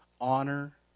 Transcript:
honor